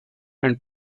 and